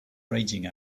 raging